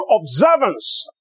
observance